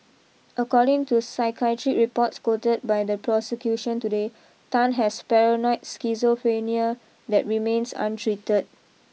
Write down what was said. according to psychiatric reports quoted by the prosecution today Tan has paranoid schizophrenia that remains untreated